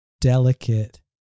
delicate